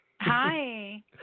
Hi